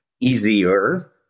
easier